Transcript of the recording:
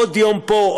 עוד יום פה,